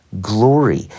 glory